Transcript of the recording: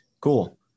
cool